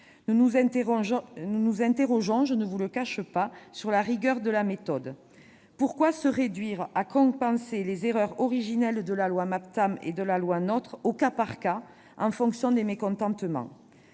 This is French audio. nous nous interrogeons sur la rigueur de la méthode : pourquoi se réduire à compenser les erreurs originelles de la loi Maptam et de la loi NOTRe au cas par cas, en fonction des mécontentements ?